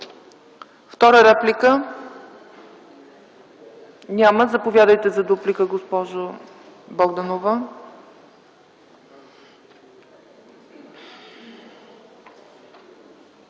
втора реплика? Няма. Заповядайте за дуплика, госпожо Богданова.